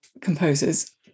composers